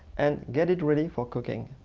and get it ready for cooking.